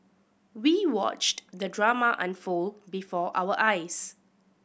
we watched the drama unfold before our eyes